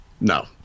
No